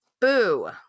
boo